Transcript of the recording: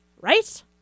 Right